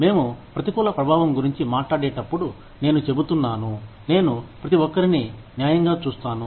మేము ప్రతికూల ప్రభావం గురించి మాట్లాడేటప్పుడు నేను చెబుతున్నాను నేను ప్రతి ఒక్కరిని న్యాయంగా చూస్తాను